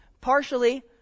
partially